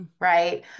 right